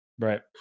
right